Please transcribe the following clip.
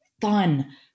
fun